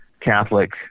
Catholic